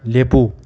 ꯂꯦꯞꯄꯨ